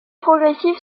progressif